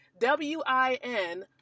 W-I-N